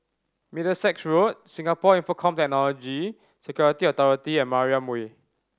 Middlesex Road Singapore Infocomm Technology Security Authority and Mariam Way